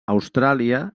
austràlia